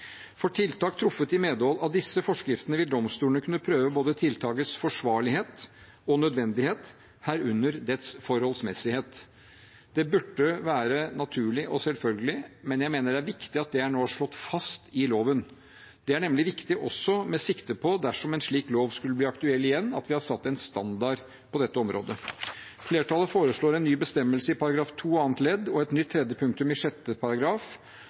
For tiltak truffet i medhold av disse forskriftene vil domstolene kunne prøve tiltakets både forsvarlighet og nødvendighet, herunder dets forholdsmessighet. Det burde være naturlig og selvfølgelig, men jeg mener det er viktig at det nå er slått fast i loven. Det er nemlig viktig, også med sikte på at en slik lov kan bli aktuell igjen, at vi har satt en standard på dette området. Flertallet foreslår en ny bestemmelse i § 2 annet ledd og et nytt tredje punktum i